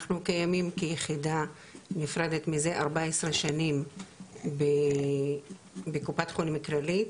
אנחנו קיימים כיחידה נפרדת מזה 14 שנים בקופת חולים כללית,